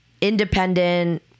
independent